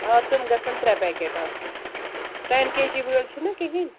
آ تِم گژھن ترٛےٚ پیکٮ۪ٹ آسٕنۍ ٹٮ۪ن کے جی وٲلۍ چھُو نہ کِہیٖنۍ